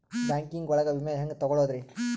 Banking ಒಳಗ ವಿಮೆ ಹೆಂಗ್ ತೊಗೊಳೋದ್ರಿ?